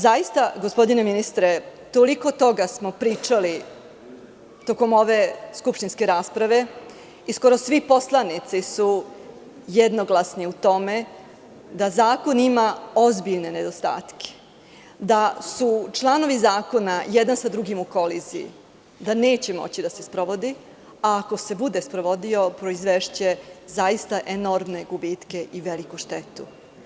Zaista, gospodine ministre, toliko toga smo pričali tokom ove skupštinske rasprave i skoro svi poslanici su jednoglasni u tome da zakon ima ozbiljne nedostatke, da su članovi zakona jedan sa drugim u koliziji, da neće moći da se sprovodi, a ako se bude sprovodio, proizvešće zaista enormne gubitke i veliku štetu.